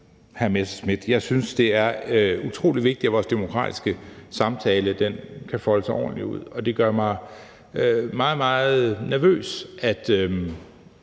Messerschmidt. Jeg synes, det er utrolig vigtigt, at vores demokratiske samtale kan folde sig ordentligt ud, og det gør mig meget, meget nervøs,